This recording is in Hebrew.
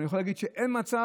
או אני יכול להגיד שאין מצב,